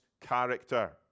character